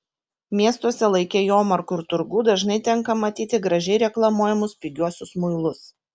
miestuose laike jomarkų ir turgų dažnai tenka matyti gražiai reklamuojamus pigiuosius muilus